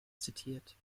zitiert